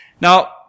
Now